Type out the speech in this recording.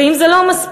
ואם זה לא מספיק,